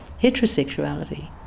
heterosexuality